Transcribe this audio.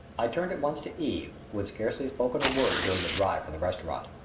i turned at once to eve, who had scarcely spoken a word during the drive from the restaurant.